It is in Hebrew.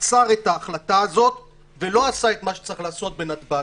עצר את ההחלטה הזאת ולא עשה את מה שצריך לעשות בנתב"ג,